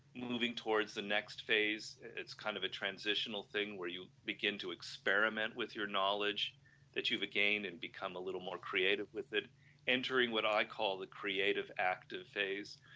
moving towards the next phase. it's kind of a transitional thing where you begin to experiment with your knowledge that you have gained and become a little more creative with it entering what i call the creative active phase,